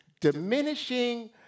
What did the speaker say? diminishing